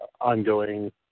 ongoing